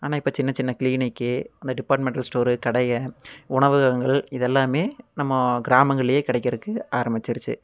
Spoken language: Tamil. ஆனால் இப்போ சின்ன சின்ன க்ளீனிக்கு அந்த டிப்பார்ட்மெண்ட்டல் ஸ்டோரு கடைக உணவகங்கள் இது எல்லாமே நம்ம கிராமங்கள்லையே கிடைக்கிறக்கு ஆரமிச்சிருச்சு